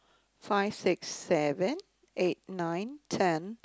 five six seven eight nine ten